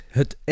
het